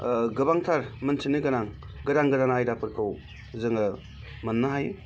गोबांथार मोनथिनो गोनां गोदान गोदान आयदाफोरखौ जोङो मोननो हायो